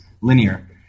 linear